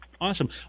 awesome